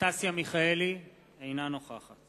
אנסטסיה מיכאלי, אינה נוכחת